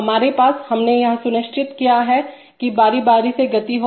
हमारे पास हमने यह सुनिश्चित किया है कि बारी बारी से गति हो